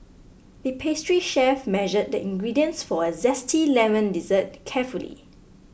the pastry chef measured the ingredients for a Zesty Lemon Dessert carefully